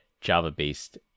java-based